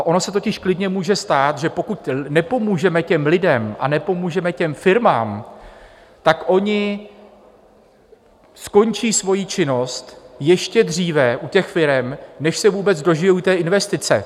Ono se totiž klidně může stát, že pokud nepomůžeme těm lidem a nepomůžeme těm firmám, tak oni skončí svoji činnost ještě dříve u těch firem, než se vůbec dožijí té investice.